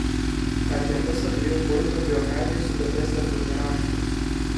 ar nebus abiejų puidų biografijos įdomesnės už raštus